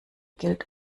gilt